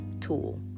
tool